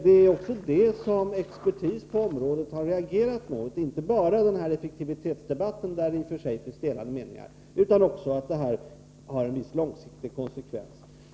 Det är också det som expertis på området har reagerat mot — inte bara när det gäller effektivitetsfrågorna, där det i och för sig finns delade meningar. Det gäller också att detta har vissa långsiktiga konsekvenser.